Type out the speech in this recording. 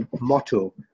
Motto